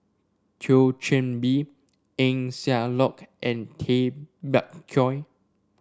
Thio Chan Bee Eng Siak Loy and Tay Bak Koi